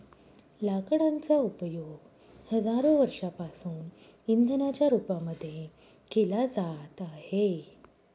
लाकडांचा उपयोग हजारो वर्षांपासून इंधनाच्या रूपामध्ये केला जात आहे